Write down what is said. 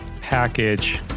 package